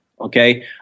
Okay